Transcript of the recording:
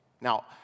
Now